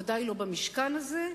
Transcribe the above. ודאי לא במשכן הזה,